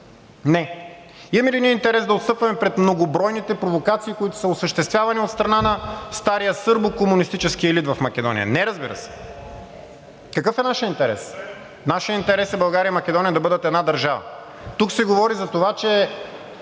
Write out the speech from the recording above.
Не. Имаме ли ние интерес да отстъпваме пред многобройните провокации, които са осъществявани от страна на стария сърбо-комунистически елит в Македония? Не, разбира се. Какъв е нашият интерес? Нашият интерес е България и Македония да бъдат една държава. Тук се говори за това, че